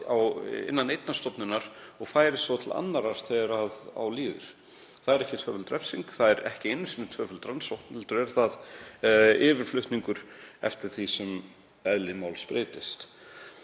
innan einnar stofnunar og færist svo til annarrar þegar á líður. Það er ekki tvöföld refsing, það er ekki einu sinni tvöföld rannsókn heldur er það yfirflutningur eftir því sem eðli máls breytist.